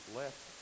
left